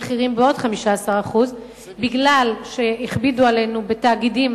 עוד 15%. בגלל שהכבידו עלינו בתאגידים,